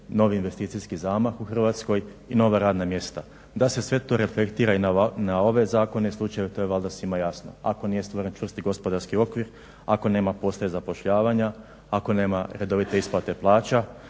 novi investicijski zamah u Hrvatskoj i nova radna mjesta. Da se sve to reflektira i na ove zakone i slučajeve je to valjda svima jasno ako nije stvoren čvrsti gospodarski okvir, ako nema posla i zapošljavanja, ako nema redovite isplate plaća,